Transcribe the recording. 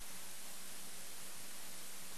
אני קובע שהצעת חוק זכויות התלמיד (תיקון מס' 3)